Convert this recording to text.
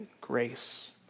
Grace